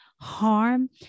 harm